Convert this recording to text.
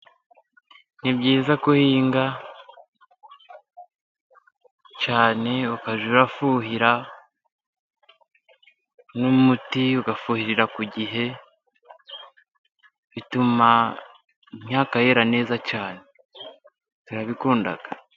Nibyiza ko uhinga cyane, ukajya ufuhira n'umuti ugafuhira ku gihe, bituma imyaka yera neza cyane turabikunda.